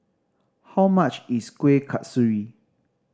how much is Kueh Kasturi